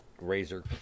Razor